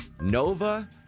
Nova